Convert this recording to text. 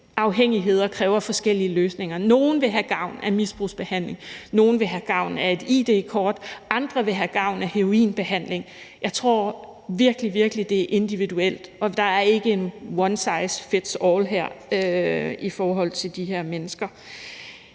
afhængigheder kræver forskellige løsninger: Nogle vil have gavn af misbrugsbehandling; nogle vil have gavn af et id-kort; andre vil have gavn af heroinbehandling. Jeg tror virkelig, det er individuelt, og der er ikke en one size fits all-løsning i forhold til de her mennesker.